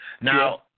Now